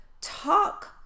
talk